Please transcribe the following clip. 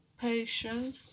patient